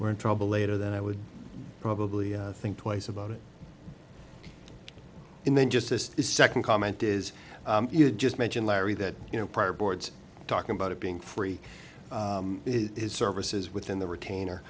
we're in trouble later than i would probably think twice about it and then just a second comment is you just mentioned larry that you know prior boards talking about it being free services within the retainer